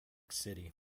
city